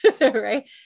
right